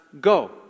go